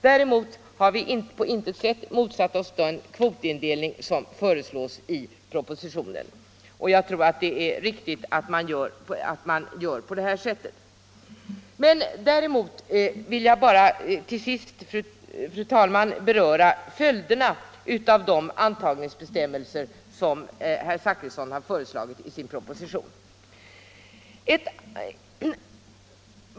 Däremot har vi på intet sätt motsatt oss den kvotindelning som föreslås i propositionen, och jag tror att det är riktigt att man gör på det här sättet. Till sist, fru talman, vill jag beröra följderna av de antagningsbestämmelser som herr Zachrisson har föreslagit i sin proposition.